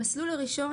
המסלול הראשון,